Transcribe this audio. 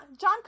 John